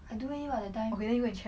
I don't want eat that time